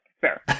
fair